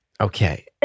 Okay